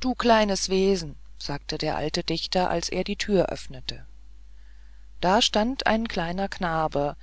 du kleines wesen sagte der alte dichter als er die thür öffnete da stand ein kleiner knabe